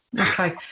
okay